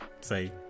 say